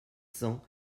cents